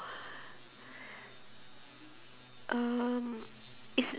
um is